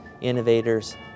innovators